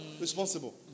Responsible